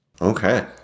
Okay